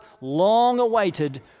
long-awaited